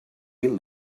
mil